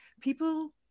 people